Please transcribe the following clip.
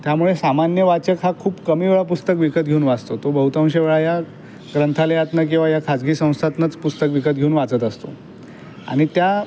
त्यामुळे सामान्य वाचक हा फार कमी वेळा पुस्तक विकत घेऊन वाचतो तो बहुतांश वेळा या ग्रंथालयातनं किंवा या खाजगी संस्थातनंच पुस्तक विकत घेऊन वाचत असतो आणि त्या